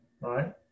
right